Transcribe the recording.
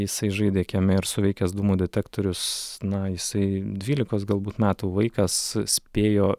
jisai žaidė kieme ir suveikęs dūmų detektorius na jisai dvylikos galbūt metų vaikas spėjo